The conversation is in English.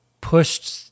pushed